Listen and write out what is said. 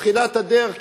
בתחילת הדרך,